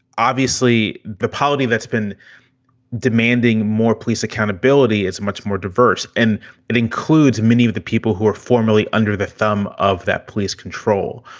obviously the poverty that's been demanding more police accountability is much more diverse. and it includes many of the people who were formerly under the thumb of that police control.